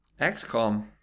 xcom